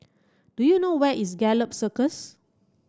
do you know where is Gallop Circus